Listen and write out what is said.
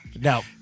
No